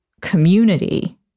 community